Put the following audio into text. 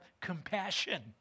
compassion